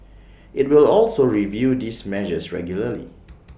IT will also review these measures regularly